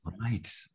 Right